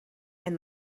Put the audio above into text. and